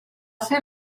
ser